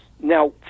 Now